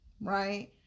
Right